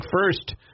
first